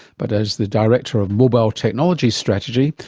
but as the director of mobile technology strategy,